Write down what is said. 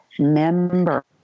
member